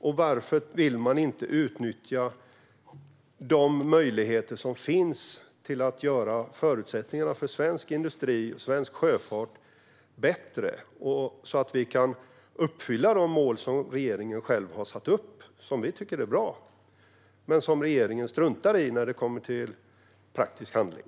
Och varför vill man inte utnyttja de möjligheter som finns att göra förutsättningarna bättre för svensk industri och svensk sjöfart så att vi kan uppfylla de mål som regeringen själv har satt upp? Det är mål som vi tycker är bra men som regeringen struntar i när det kommer till praktisk handling.